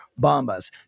Bombas